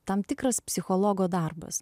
tam tikras psichologo darbas